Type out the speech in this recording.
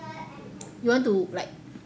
you want to like